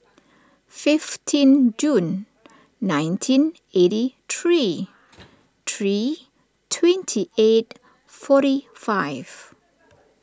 fifteen June nineteen eighty three three twenty eight forty five